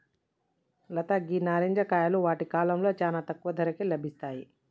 లత గీ నారింజ కాయలు వాటి కాలంలో చానా తక్కువ ధరకే లభిస్తాయి